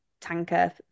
tanker